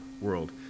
World